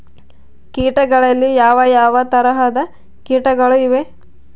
ಕೇಟಗಳಲ್ಲಿ ಯಾವ ಯಾವ ತರಹದ ಕೇಟಗಳು ಇವೆ?